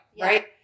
Right